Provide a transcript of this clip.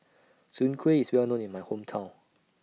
Soon Kway IS Well known in My Hometown